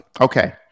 okay